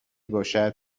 باشد